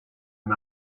and